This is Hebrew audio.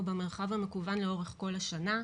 או במרחב המקוון לאורך כל השנה.